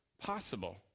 possible